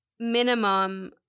minimum